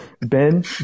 Ben